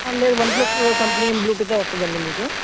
లేదు OnePlus company బ్లూటూతే వస్తుందండి మీకు